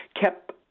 kept